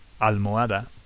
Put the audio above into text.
Almohada